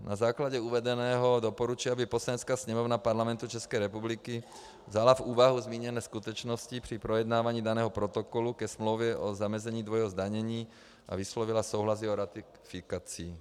Na základě uvedeného doporučuji, aby Poslanecká sněmovna Parlamentu České republiky vzala v úvahu zmíněné skutečnosti při projednávání daného protokolu ke smlouvě o zamezení dvojího zdanění a vyslovila souhlas s jeho ratifikací.